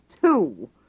two